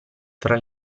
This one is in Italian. fra